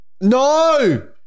No